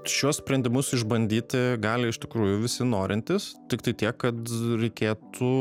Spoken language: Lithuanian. šiuos sprendimus išbandyti gali iš tikrųjų visi norintys tiktai tiek kad reikėtų